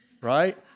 right